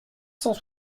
cent